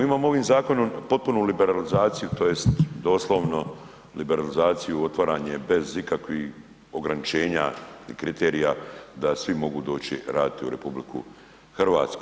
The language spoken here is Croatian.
Imamo ovim zakonom potpunu liberalizaciju tj. doslovno liberalizaciju otvaranje bez ikakvih ograničenja i kriterija da svi mogu doći raditi u RH.